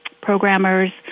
programmers